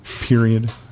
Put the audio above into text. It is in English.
period